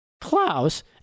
Klaus